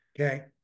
Okay